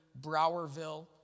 Browerville